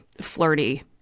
flirty